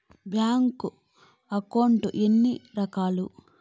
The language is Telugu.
బ్యాంకు అకౌంట్ ఎన్ని రకాలు